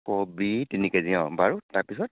কবি তিনিকেজি অ বাৰু তাৰপিছত